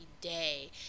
day